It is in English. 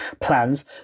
plans